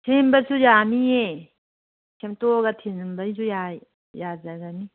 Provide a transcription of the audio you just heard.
ꯁꯦꯝꯕꯁꯨ ꯌꯥꯅꯤꯌꯦ ꯁꯦꯝꯗꯣꯛꯑꯒ ꯊꯤꯜꯍꯟꯕꯒꯤꯁꯨ ꯌꯥꯏ ꯌꯥꯖꯒꯅꯤ